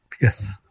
Yes